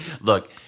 Look